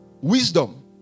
Wisdom